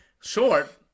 Short